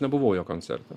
nebuvau jo koncerte